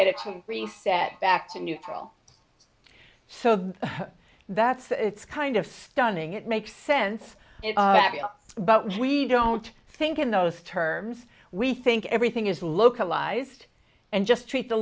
quick reset back to neutral so that's it's kind of stunning it makes sense but we don't think in those terms we think everything is localized and just treat the